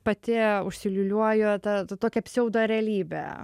pati užsiliūliuoji ta tokia pseudo realybė